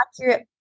accurate